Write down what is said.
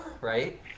right